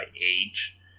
age